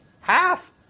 Half